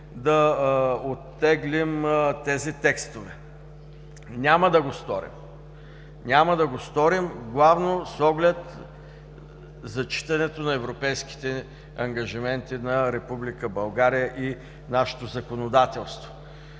да оттеглим тези текстове. Няма да го сторим! Няма да го сторим главно с оглед зачитането на европейските ангажименти на Република България и нашето законодателство.